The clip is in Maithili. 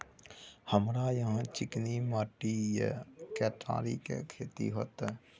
हमरा यहाँ चिकनी माटी हय केतारी के खेती होते?